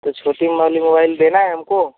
तो छोटी वाली मोबाइल देना है हमको